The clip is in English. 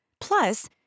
Plus